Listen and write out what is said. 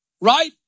right